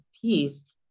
piece